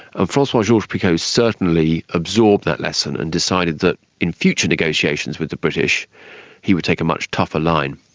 and francois georges-picot certainly absorbed that lesson and decided that in future negotiations with the british he would take a much tougher line.